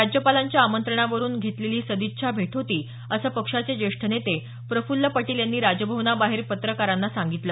राज्यपालांच्या आमंत्रणावरून घेतलेली ही सदिच्छा भेट होती असं पक्षाचे ज्येष्ठ नेते प्रफुल्ल पटेल यांनी राजभवनाबाहेर पत्रकारांना सांगितलं